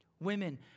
Women